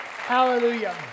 Hallelujah